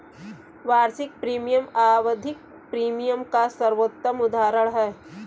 वार्षिक प्रीमियम आवधिक प्रीमियम का सर्वोत्तम उदहारण है